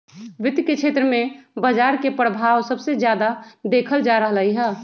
वित्त के क्षेत्र में बजार के परभाव सबसे जादा देखल जा रहलई ह